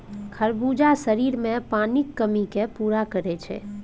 खरबूजा शरीरमे पानिक कमीकेँ पूरा करैत छै